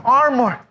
armor